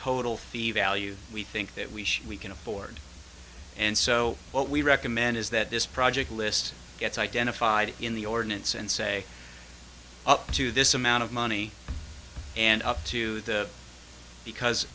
total fever alue we think that we should we can afford and so what we recommend is that this project list gets identified in the ordinance and say up to this amount of money and up to the because